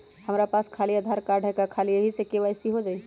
हमरा पास खाली आधार कार्ड है, का ख़ाली यही से के.वाई.सी हो जाइ?